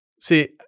See